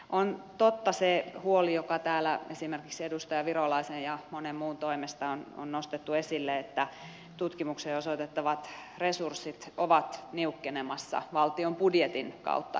on totta se huoli joka täällä esimerkiksi edustaja virolaisen ja monen muun toimesta on nostettu esille että tutkimukseen osoitettavat resurssit ovat niukkenemassa valtion budjetin kautta erityisesti